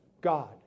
God